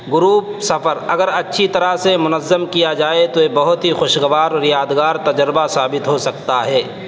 group سفر اگر اچھی طرح سے منظم کیا جائے تو یہ بہت ہی خوشگوار اور یادگار تجربہ ثابت ہو سکتا ہے